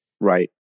Right